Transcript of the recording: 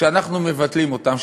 אנחנו מבטלים אותם,